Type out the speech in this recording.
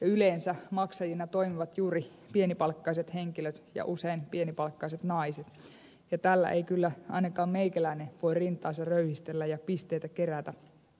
yleensä maksajina toimivat juuri pienipalkkaiset henkilöt ja usein pienipalkkaiset naiset ja tällä ei kyllä ainakaan meikäläinen voi rintaansa röyhistellä ja pisteitä kerätä